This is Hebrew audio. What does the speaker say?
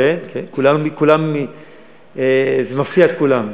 כן, כן, זה מפתיע את כולם.